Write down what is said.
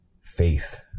faith